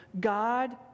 God